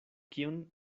kion